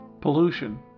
Pollution